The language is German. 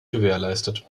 gewährleistet